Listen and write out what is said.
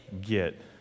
get